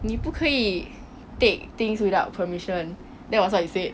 你不可以 take things without permission that was what you said